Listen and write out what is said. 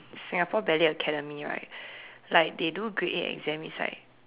Singapore ballet academy right like they do grade eight exam is like